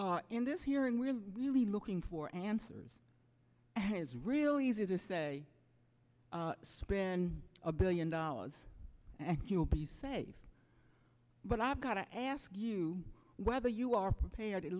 in this hearing we're really looking for answers and is real easy to say spin a billion dollars and you'll be safe but i've got to ask you whether you are prepared at